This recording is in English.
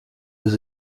was